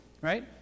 right